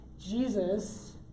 Jesus